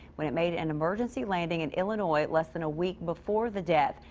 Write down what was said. when it made an emergency landing in illinois less than a week before the death.